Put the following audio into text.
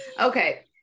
okay